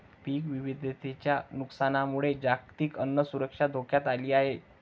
पीक विविधतेच्या नुकसानामुळे जागतिक अन्न सुरक्षा धोक्यात आली आहे